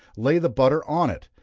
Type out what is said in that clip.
lay the butter on it,